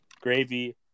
gravy